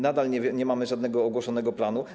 Nadal nie mamy żadnego ogłoszonego planu.